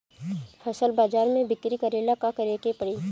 फसल बाजार मे बिक्री करेला का करेके परी?